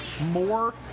more